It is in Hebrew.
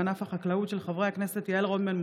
מאת חברת הכנסת גילה גמליאל,